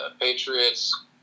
Patriots